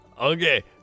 Okay